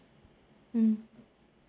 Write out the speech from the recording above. mm